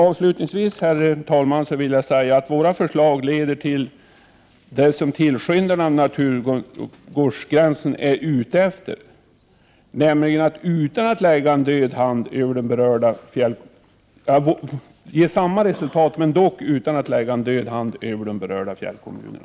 Avslutningsvis vill jag, herr talman, säga att våra förslag leder till det som naturvårdsgränsens tillskyndare är ute efter, dock utan att det läggs en död hand över de berörda fjällkommunerna.